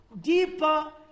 deeper